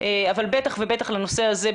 בטח ובטח לנושא הזה,